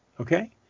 okay